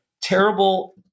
terrible